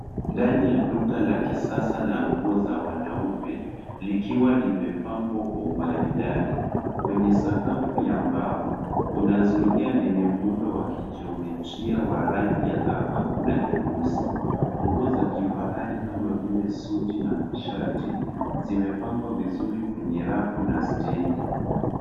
Ndani ya duka la kisasa, la nguo za wanaume, likiwa limepambwa kwa umaridadi, kwenye sakafu ya mbao, kuna zulia lenye muundo wa kijiometria, wa rangi ya dhahabu, na nyeusi, nguo za kifahari kama vile suti na mashati, zimepangwa vizuri kwenye rafu na stendi.